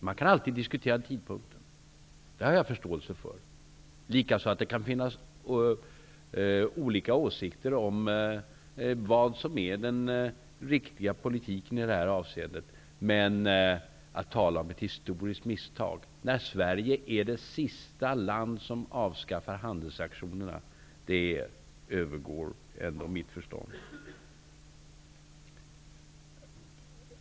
Man kan alltid diskutera tidpunkten. Det har jag förståelse för. Det kan också finnas olika åsikter om vad som är den riktiga politiken i det här avseendet. Men hur man kan tala om ett historiskt misstag när Sverige är det sista land som avskaffar handelssanktionerna övergår mitt förstånd.